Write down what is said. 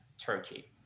turkey